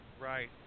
right